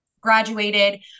graduated